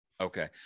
Okay